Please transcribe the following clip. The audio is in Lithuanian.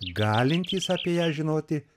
galintys apie ją žinoti